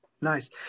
Nice